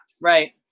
Right